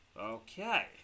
Okay